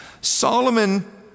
Solomon